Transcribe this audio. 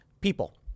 people